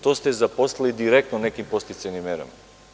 To ste zaposlili direktno nekim podsticajnim merama.